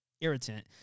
irritant